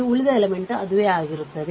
ಉಳಿದ ಎಲಿಮೆಂಟ್ ಅದುವೇ ಆಗಿರುತ್ತದೆ